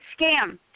Scam